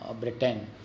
Britain